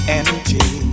empty